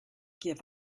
give